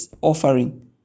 offering